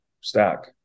stack